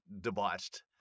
debauched